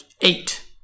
eight